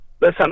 Listen